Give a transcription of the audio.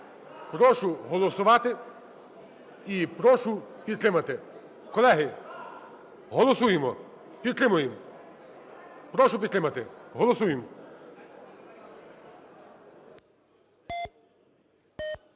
Прошу голосувати і прошу підтримати. Колеги, голосуємо, підтримуємо. Прошу підтримати. Голосуємо.